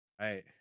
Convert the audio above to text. Right